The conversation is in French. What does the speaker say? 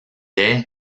est